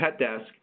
Petdesk